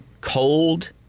cold